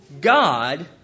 God